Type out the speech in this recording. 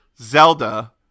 Zelda